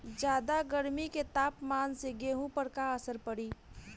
ज्यादा गर्मी के तापमान से गेहूँ पर का असर पड़ी?